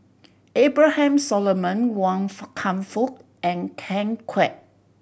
Abraham Solomon Wan Kam Fook and Ten Kwek